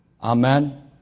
Amen